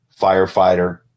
firefighter